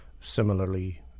similarly